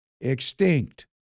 extinct